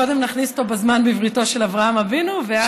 קודם נכניס אותו בזמן בבריתו של אברהם אבינו ואז,